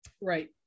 Right